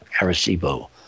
Arecibo